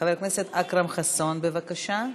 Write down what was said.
חבר הכנסת אכרם חסון, בבקשה.